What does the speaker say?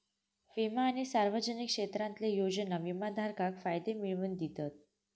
विमा आणि सार्वजनिक क्षेत्रातले योजना विमाधारकाक फायदे मिळवन दितत